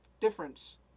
difference